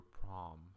prom